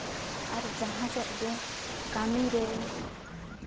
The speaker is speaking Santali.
ᱟᱨ ᱡᱟᱦᱟᱸ ᱥᱮᱫᱜᱮ ᱠᱟᱹᱢᱤᱨᱮ